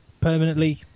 permanently